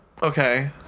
Okay